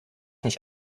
nicht